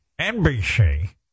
NBC